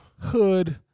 Hood